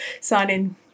signing